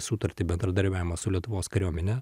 sutartį bendradarbiavimą su lietuvos kariuomene